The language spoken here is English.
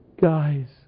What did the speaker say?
Guys